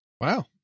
Wow